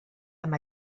amb